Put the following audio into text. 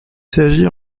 s’agit